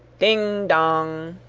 ding, dong!